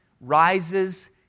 rises